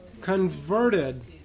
Converted